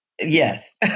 Yes